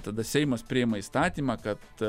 tada seimas priema įstatymą kad